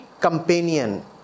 companion